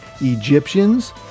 Egyptians